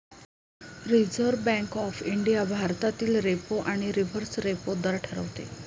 reserve Bank of India भारतातील repo आणि reverse repo दर ठरवते